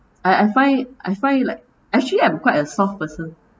I I find I find like actually I'm quite a soft person